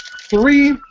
three